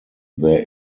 there